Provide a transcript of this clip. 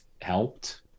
helped